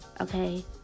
Okay